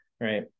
right